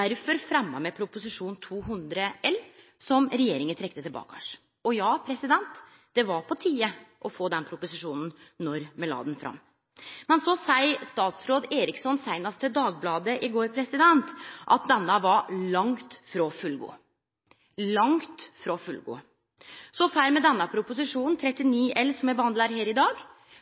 Derfor fremma den raud-grøne regjeringa Prop. 200 L for 2012–2013, som den noverande regjeringa trekte tilbake. Det var på tide å få ein slik proposisjon då han blei lagd fram. Men så seier statsråd Eriksson – seinast til Dagbladet i går – at denne proposisjonen var langt frå fullgod. Så får me Prop. 39 L for 2013–2014, som me behandlar her i dag,